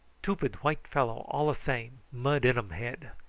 tupid white fellow all a same, mud in um head.